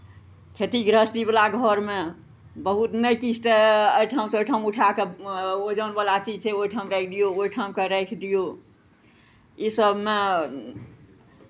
खेती गृहस्थीवला घरमे बहुत नहि किछु तऽ एहिठामसँ ओहिठाम उठा कऽ ओजनवला चीज छै ओहिठाम राखि दियौ ओहि ठामकेँ राखि दियौ इसभमे